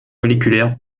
moléculaire